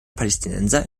palästinenser